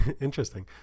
Interesting